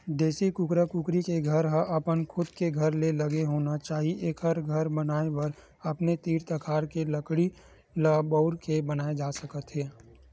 देसी कुकरा कुकरी के घर ह अपन खुद के घर ले लगे होना चाही एखर घर बनाए बर अपने तीर तखार के लकड़ी ल बउर के बनाए जा सकत हे